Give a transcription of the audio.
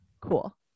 cool